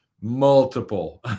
multiple